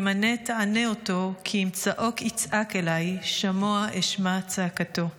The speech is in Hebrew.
אם ענה תענה אותו כי אם צָעֹק יצעק אלי שָׁמֹעַ אשמע צעקתו".